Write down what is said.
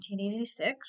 1986